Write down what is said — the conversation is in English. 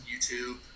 YouTube